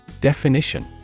Definition